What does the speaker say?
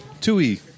Tui